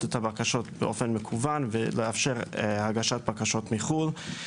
את הבקשות באופן מקוון ולאפשר הגשת בקשות מחו"ל.